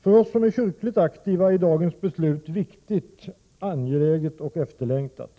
För oss som är kyrkligt aktiva är dagens beslut viktigt, angeläget och efterlängtat